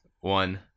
one